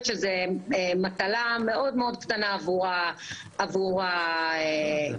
שזאת מטלה מאוד מאוד קטנה עבור היצרנים.